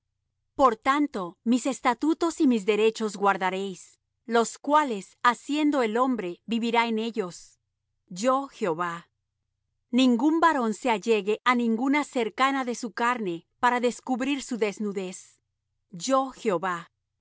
por tanto mis estatutos y mis derechos guardaréis los cuales haciendo el hombre vivirá en ellos yo jehová ningún varón se allegue á ninguna cercana de su carne para descubrir su desnudez yo jehová